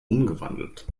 umgewandelt